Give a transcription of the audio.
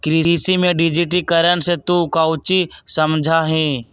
कृषि में डिजिटिकरण से तू काउची समझा हीं?